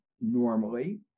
normally